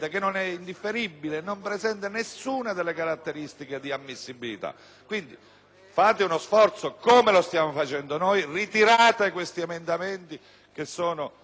fate uno sforzo, come stiamo facendo noi, e ritirate questi emendamenti, che evidentemente sono estranei all'oggetto della discussione.